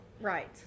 Right